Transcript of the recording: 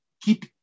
keep